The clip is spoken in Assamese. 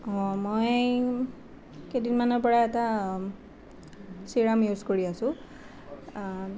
মই কেইদিন মানৰ পৰা এটা চিৰাম ইউজ কৰি আছোঁ